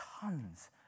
tons